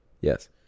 Yes